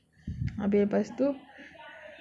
habis lepas tu